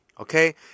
okay